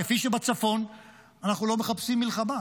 כפי שבצפון אנחנו לא מחפשים מלחמה,